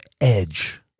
edge